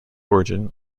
origin